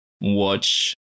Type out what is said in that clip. watch